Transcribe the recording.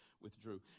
withdrew